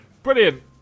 Brilliant